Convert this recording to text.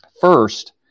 First